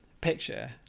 picture